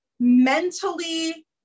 mentally